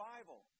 Bible